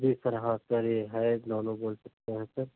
जी sir हाँ sir यह है दोनों बोल सकते हैं सर